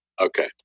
Okay